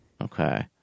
Okay